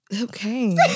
Okay